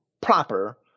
proper